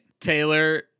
Taylor